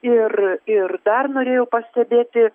ir ir dar norėjau pastebėti